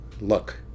luck